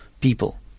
people